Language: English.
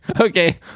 Okay